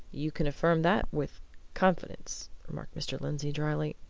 you can affirm that with confidence! remarked mr. lindsey, drily.